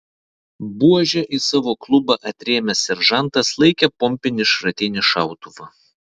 buože į savo klubą atrėmęs seržantas laikė pompinį šratinį šautuvą